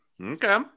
Okay